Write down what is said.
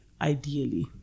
ideally